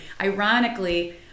Ironically